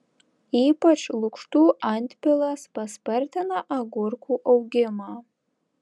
ypač lukštų antpilas paspartina agurkų augimą